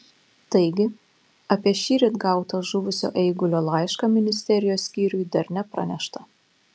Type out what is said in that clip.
taigi apie šįryt gautą žuvusio eigulio laišką ministerijos skyriui dar nepranešta